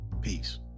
Peace